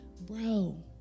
Bro